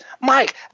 Mike